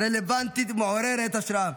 רלוונטית ומעוררת השראה.